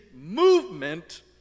movement